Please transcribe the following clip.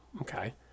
Okay